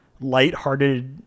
lighthearted